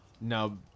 No